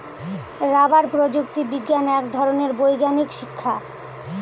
rubber প্রযুক্তি বিজ্ঞান এক ধরনের বৈজ্ঞানিক শিক্ষা